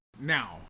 Now